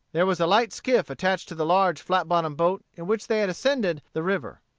there was a light skiff attached to the large flat-bottomed boat in which they had ascended the river.